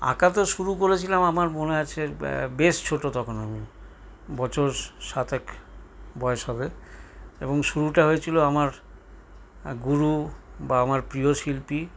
আঁকা তো শুরু করেছিলাম আমার মনে আছে বেশ ছোটো তখন আমি বছর সাতেক বয়স হবে এবং শুরুটা হয়েছিল আমার গুরু বা আমার প্রিয় শিল্পী